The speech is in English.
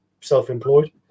self-employed